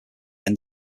end